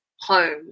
home